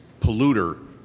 polluter